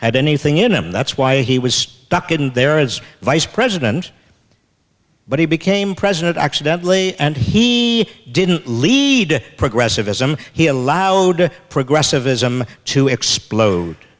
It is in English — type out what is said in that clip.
had anything in him that's why he was stuck in there as vice president but he became president accidentally and he didn't lead progressivism he allowed progressivism to explode